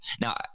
Now